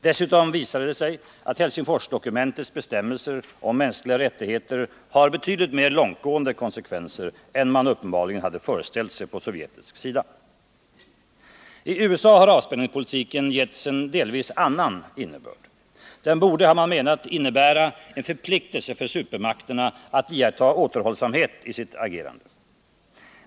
Dessutom visade det sig att Helsingforsdokumentets bestämmelser om mänskliga rättigheter har betydligt mer långtgående konsekvenser än man uppenbarligen hade föreställt sig på sovjetisk sida. I USA har avspänningspolitiken getts en delvis annan innebörd. Den borde, har man menat, innebära en förpliktelse för supermakterna att iaktta återhållsamhet i sitt agerande.